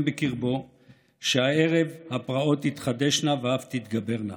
בקרבו שהערב הפרעות תתחדשנה ואף תתגברנה.